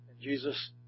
Jesus